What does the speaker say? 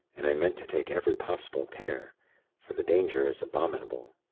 and i meant to take every possible care for the danger is abominable.